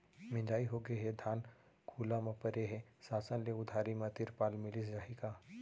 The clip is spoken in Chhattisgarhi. मिंजाई होगे हे, धान खुला म परे हे, शासन ले उधारी म तिरपाल मिलिस जाही का?